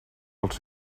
els